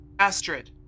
Astrid